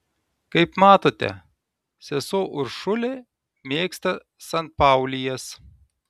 kaip matote sesuo uršulė mėgsta sanpaulijas